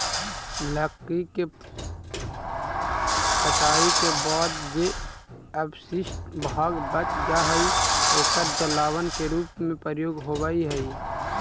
लकड़ी के कटाई के बाद जे अवशिष्ट भाग बच जा हई, ओकर जलावन के रूप में प्रयोग होवऽ हई